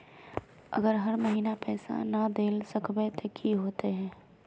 अगर हर महीने पैसा ना देल सकबे ते की होते है?